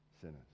sinners